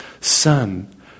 son